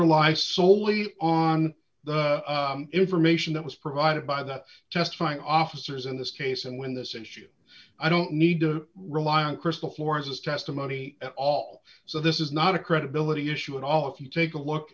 rely solely on the information that was provided by the testify officers in this case and when this issue i don't need to rely on crystal florence's testimony at all so this is not a credibility issue at all if you take a look